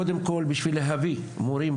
קודם כל בשביל להביא מורים,